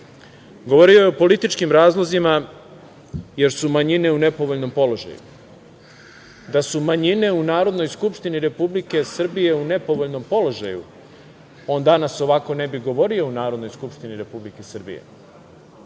govorio. Govorio je o političkim razlozima, jer su manjine u nepovoljnom položaju. Da su manjine u Narodnoj skupštini Republike Srbije u nepovoljnom položaju, on danas ovako ne bi govorio u Narodnoj skupštini Republike Srbije. Da